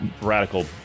radical